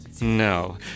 No